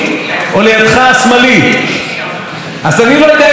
אז אני לא יודע אם להאמין לשר התקשורת בנימין